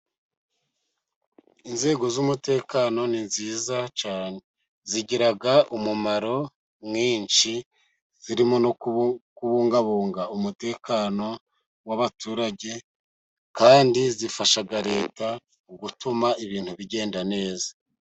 Inzego z'umutekano ni nziza cyane zigira umumaro mwinshi, zirimo no kubungabunga umutekano w'abaturage, kandi zifasha leta gutuma ibintu bigenda neza.